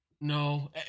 No